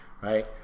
right